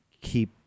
keep